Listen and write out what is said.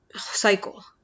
cycle